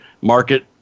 market